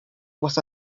was